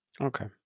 Okay